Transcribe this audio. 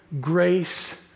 grace